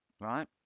right